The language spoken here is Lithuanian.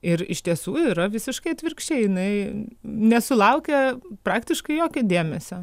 ir iš tiesų yra visiškai atvirkščiai jinai nesulaukia praktiškai jokio dėmesio